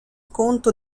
conto